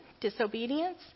disobedience